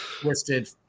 twisted